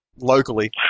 locally